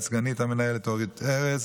סגנית המנהלת אורית ארז,